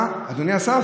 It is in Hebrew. אדוני השר,